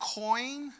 coin